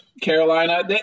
Carolina